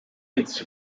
its